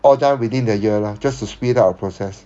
all done within the year lah just to speed up the process